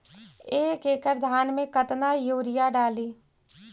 एक एकड़ धान मे कतना यूरिया डाली?